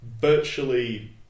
virtually